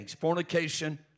Fornication